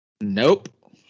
Nope